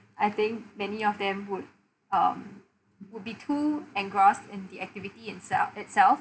I think many of them would um would be too engrossed in the activity itself itself